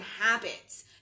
habits